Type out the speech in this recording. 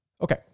Okay